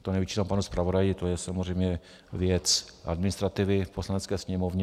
To nevyčítám panu zpravodaji, to je samozřejmě věc administrativy v Poslanecké sněmovně.